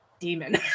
demon